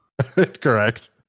Correct